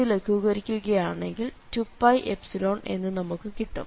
ഇത് ലഘൂകരിക്കുകയാണെങ്കിൽ 2πϵ എന്ന് നമുക്ക് കിട്ടും